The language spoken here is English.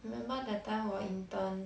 remember that time 我 intern